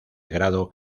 grado